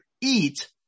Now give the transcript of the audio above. eat